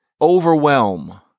overwhelm